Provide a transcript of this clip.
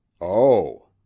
Oh